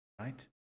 right